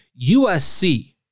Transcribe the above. USC